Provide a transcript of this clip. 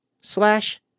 slash